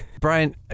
Brian